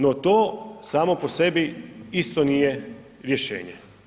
No, to samo po sebi isto nije rješenje.